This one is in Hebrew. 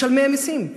משלמי המסים,